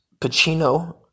Pacino